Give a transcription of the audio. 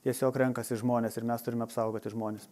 tiesiog renkasi žmones ir mes turime apsaugoti žmones